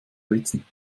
blitzen